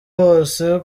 hose